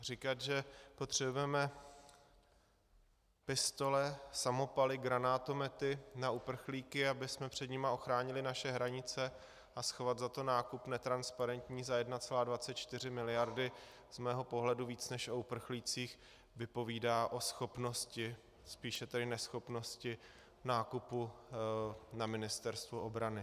Říkat, že potřebujeme pistole, samopaly, granátomety na uprchlíky, abychom před nimi ochránili naše hranice, a schovat za to nákup netransparentní za 1,24 miliardy, z mého pohledu více než o uprchlících vypovídá o schopnosti, spíše tedy neschopnosti nákupu na Ministerstvu obrany.